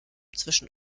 zwischen